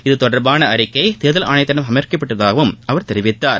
இது தொடர்பான அறிக்கை தேர்தல் ஆணையத்திடம் சுமர்பிக்கப்பட்டுள்ளதாகவும் அவர் தெரிவித்தார்